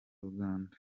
uganda